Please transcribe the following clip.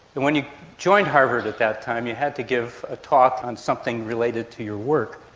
when you joined harvard at that time you had to give a talk on something related to your work,